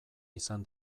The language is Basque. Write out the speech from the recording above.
izan